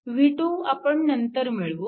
V2 आपण नंतर मिळवू